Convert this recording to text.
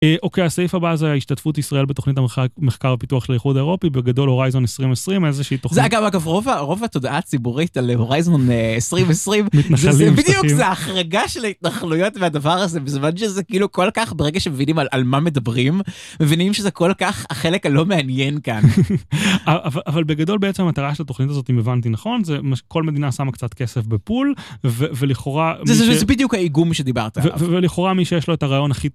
אוקיי הסעיף הבא זה ההשתתפות ישראל בתוכנית המחקר הפיתוח לאיחוד אירופי בגדול הורייזון 2020 איזה שהיא תוכנית.זה אגב, רוב התודעה הציבורית על הורייזון 2020 זה בדיוק זה ההחרגה של ההתנחלויות מהדבר הזה בזמן שזה כאילו כל כך ברגע שמבינים על מה מדברים, מבינים שזה כל כך החלק הלא מעניין כאן. אבל בגדול בעצם המטרה של התוכנית הזאת אם הבנתי נכון, זה כל מדינה שמה קצת כסף בפול ולכאורה. זה בדיוק האיגום שדיברת עליו. ולכאורה מי שיש לו את הרעיון הכי טוב.